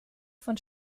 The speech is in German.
von